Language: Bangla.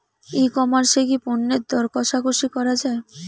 ই কমার্স এ কি পণ্যের দর কশাকশি করা য়ায়?